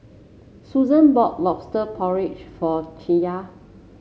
Susann bought lobster porridge for Chaya